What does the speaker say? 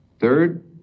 Third